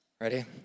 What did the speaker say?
Ready